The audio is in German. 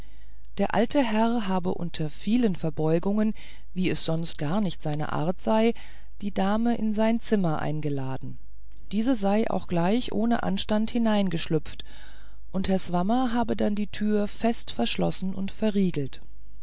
der alte herr habe unter vielen verbeugungen wie es sonst gar nicht seine art sei die dame in sein zimmer eingeladen diese sei auch gleich ohne anstand hineingeschlüpft und herr swammer habe dann die türe fest verschlossen und verriegelt